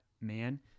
man